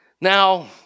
Now